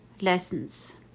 lessons